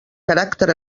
caràcter